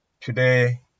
today